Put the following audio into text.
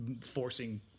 forcing